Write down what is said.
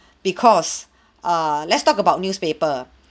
because err let's talk about newspaper